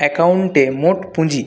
অ্যাকাউন্টে মোট পুঁজি